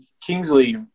Kingsley